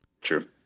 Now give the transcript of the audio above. True